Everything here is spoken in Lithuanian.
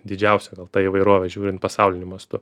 didžiausia gal ta įvairovė žiūrint pasauliniu mastu